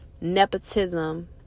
Nepotism